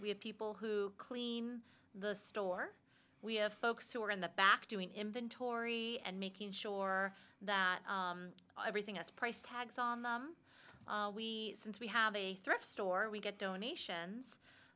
we have people who clean the store we have folks who are in the back doing inventory and making sure that everything that's price tags on them we since we have a thrift store we get donations